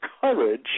courage